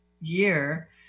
year